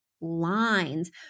lines